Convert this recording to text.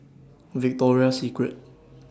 Victoria Secret